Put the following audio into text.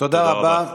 תודה רבה.